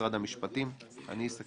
אני לא